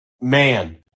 Man